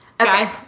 Okay